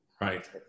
Right